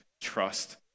trust